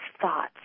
thoughts